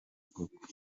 koko